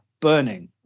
burning